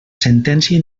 sentència